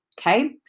Okay